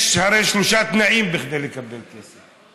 יש הרי שלושה תנאים כדי לקבל כסף: